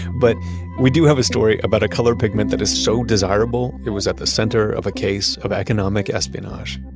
but we do have a story about a color pigment that is so desirable, it was at the center of a case of economic espionage.